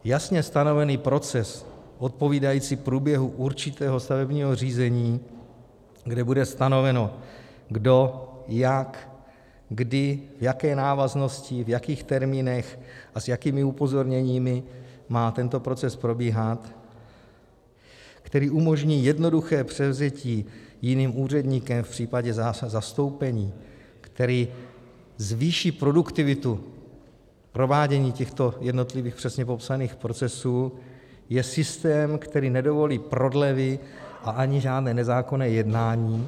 Jasně stanovený proces odpovídající průběhu určitého stavebního řízení, kde bude stanoveno, kdo, jak, kdy, v jaké návaznosti, v jakých termínech a s jakými upozorněními má teto proces probíhat, který umožní jednoduché převzetí jiným úředníkem v případě zastoupení, který zvýší produktivitu provádění těchto jednotlivých, přesně popsaných procesů, je systém, který nedovolí prodlevy ani žádné nezákonné jednání.